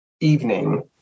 evening